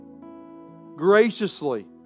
graciously